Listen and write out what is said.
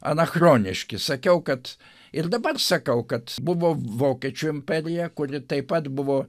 anachroniški sakiau kad ir dabar sakau kad buvo vokiečių imperija kuri taip pat buvo